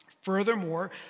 furthermore